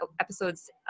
episodes